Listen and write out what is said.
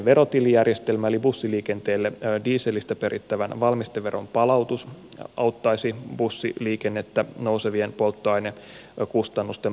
bussiliikenteelle dieselistä perittävän valmisteveron palautus auttaisi bussiliikennettä nousevien polttoainekustannusten paineissa